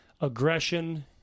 Aggression